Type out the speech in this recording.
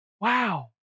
Wow